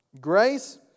grace